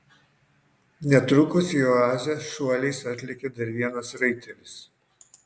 netrukus į oazę šuoliais atlėkė dar vienas raitelis